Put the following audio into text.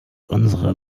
unsere